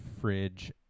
fridge